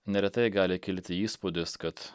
neretai gali kilti įspūdis kad